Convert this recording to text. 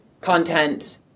content